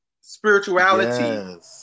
spirituality